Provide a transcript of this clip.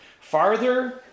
Farther